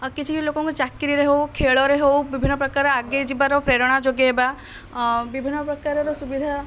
ଆଉ କିଛି କିଛି ଲୋକଙ୍କୁ ଚାକିରୀରେ ହେଉ ଖେଳରେ ହେଉ ବିଭିନ୍ନ ପ୍ରକାର ଆଗେଇ ଯିବାର ପ୍ରେରଣା ଯୋଗାଇବା ବିଭିନ୍ନ ପ୍ରକାରର ସୁବିଧା